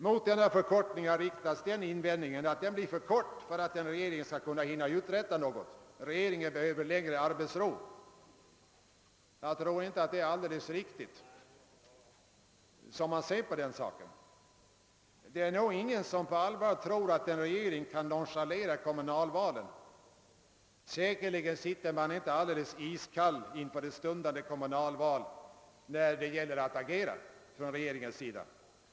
Mot denna förkortning har riktats den invändningen att den blir för kort för att en regering skall hinna uträtta något. Regeringen behöver längre arbetsro. Jag tror inte att bedömningen av denna sak är alldeles riktig. Det är nog ingen som på allvar tror att en regering kan nonchalera kommunalvalen. Säkerligen sitter man inte iskall inför stundande kommunalval när det gäller att agera.